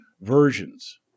versions